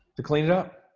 to clean it up.